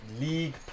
league